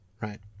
right